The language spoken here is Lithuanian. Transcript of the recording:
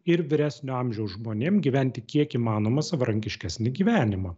ir vyresnio amžiaus žmonėm gyventi kiek įmanoma savarankiškesnį gyvenimą